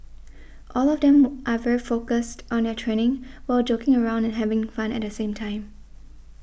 all of them more are very focused on their training while joking around and having fun at the same time